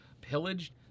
pillaged